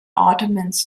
ottomans